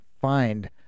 find